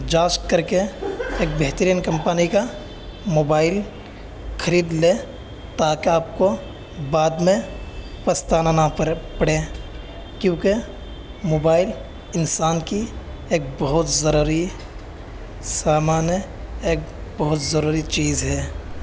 جانچ کر کے ایک بہترین کمپنی کا موبائل خرید لیں تاکہ آپ کو بعد میں پچھتانا نہ پڑے پڑے کیوںکہ موبائل انسان کی ایک بہت ضروری سامان ہے ایک بہت ضروری چیز ہے